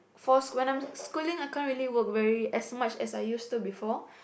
force when I'm schooling I can't really work very as much as I used to before